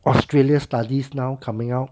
australia's studies now coming out